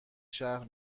شهر